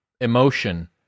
emotion